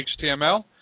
html